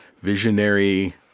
visionary